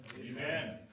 Amen